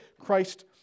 Christ